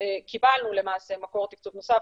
קיבלנו למעשה מקור תקצוב נוסף,